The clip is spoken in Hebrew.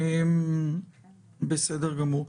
בסדר גמור.